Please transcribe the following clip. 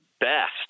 best